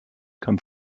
come